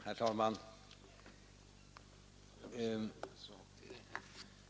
Herr talman!